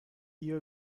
you